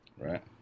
Right